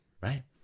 Right